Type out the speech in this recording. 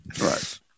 right